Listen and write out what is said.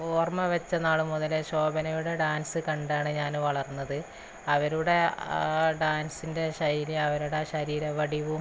ഓർമ്മവെച്ച നാളുമുതലേ ശോഭനയുടെ ഡാൻസ് കണ്ടാണ് ഞാൻ വളർന്നത് അവരുടെ ആ ഡാൻസിൻ്റെ ശൈലി അവരുടെ ശരീരവടിവും